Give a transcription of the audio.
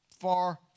Far